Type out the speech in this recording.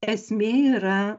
esmė yra